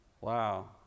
Wow